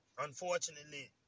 Unfortunately